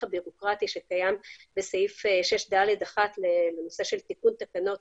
הבירוקרטי שקיים בסעיף 6ד(1) לנושא של תיקון תקנות